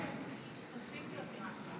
כן, כן, תוסיפי אותי רק.